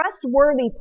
trustworthy